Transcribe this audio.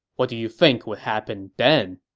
what do you think would happen then?